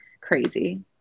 Crazy